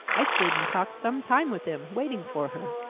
i stayed and talked some time with him, waiting for her.